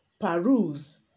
peruse